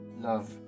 Love